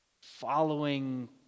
following